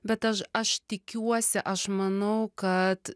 bet aš aš tikiuosi aš manau kad